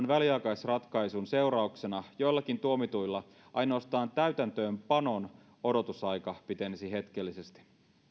väliaikaisratkaisun seurauksena joillakin tuomituilla ainoastaan täytäntöönpanon odotusaika pitenisi hetkellisesti